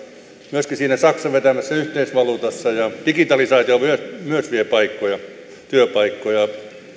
myöskin siinä saksan vetämässä yhteisvaluutassa ja digitalisaatio myös vie työpaikkoja